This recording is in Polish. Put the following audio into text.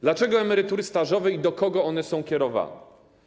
Dlaczego emerytury stażowe i do kogo one są kierowane?